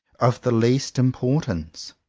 of the least importance.